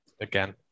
again